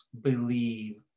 believe